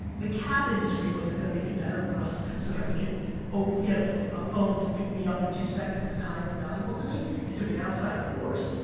the cab industry wasn't gonna make it better for us so that we could um get a ah phone to pick me up in two seconds cause time is valuable to me. it took an outside force,